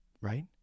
right